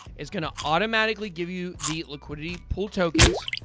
it's going to automatically give you the liquidity pool tokens.